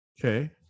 Okay